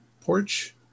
porch